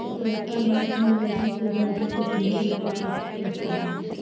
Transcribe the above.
श्वेता ने अपनी मुर्गी को मुर्गी के पिंजरे में सुरक्षित रख दिया